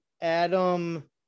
adam